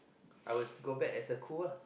I was go back as a crew lah